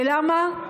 למה?